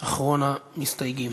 אחרון המסתייגים.